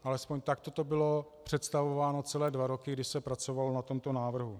Alespoň takto to bylo představováno celé dva roky, kdy se pracovalo na tomto návrhu.